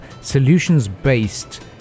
Solutions-based